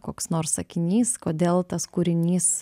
koks nors sakinys kodėl tas kūrinys